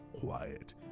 quiet